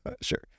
Sure